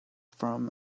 from